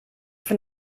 from